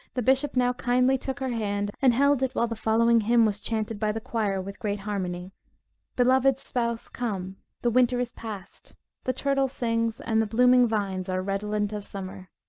the bishop now kindly took her hand, and held it while the following hymn was chanted by the choir with great harmony beloved spouse, come the winter is passed the turtle sings, and the blooming vines are redolent of summer.